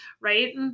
Right